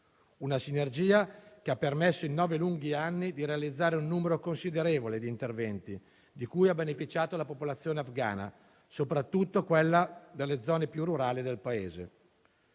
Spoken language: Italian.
Tale sinergia ha permesso, in nove lunghi anni, di realizzare un numero considerevole di interventi, di cui ha beneficiato la popolazione afghana, soprattutto quella delle zone più rurali del Paese.